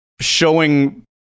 showing